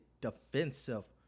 defensive